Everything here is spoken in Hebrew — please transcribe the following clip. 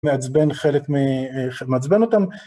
מעצבן חלק מ... שמעצבן אותם.